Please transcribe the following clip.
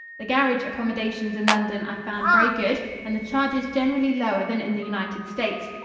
the garage accomodations in london i found very good and the charges generally lower than in the united states.